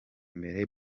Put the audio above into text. imbere